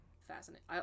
Fascinating